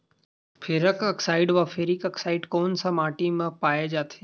Ferrous oxide व ferric oxide कोन सा माटी म पाय जाथे?